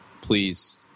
please